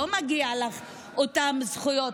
לא מגיעות לך אותן הזכויות.